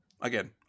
Again